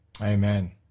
Amen